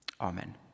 Amen